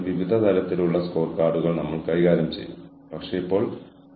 കാരണം കാര്യങ്ങൾ എങ്ങനെ ചെയ്യണം എന്നുള്ളത് കാര്യക്ഷമതയ്ക്ക് അനുസൃതമായിരിക്കില്ല